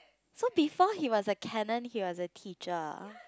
so before he was a canon he was a teacher